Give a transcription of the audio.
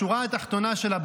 השורה התחתונה שלה,